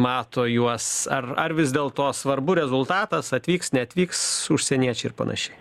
mato juos ar ar vis dėlto svarbu rezultatas atvyks neatvyks užsieniečiai ir panašiai